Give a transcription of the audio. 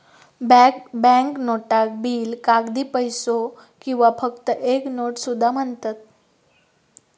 bank नोटाक bill, कागदी पैसो किंवा फक्त एक नोट सुद्धा म्हणतत